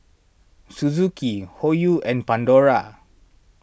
Suzuki Hoyu and Pandora